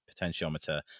potentiometer